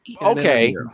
Okay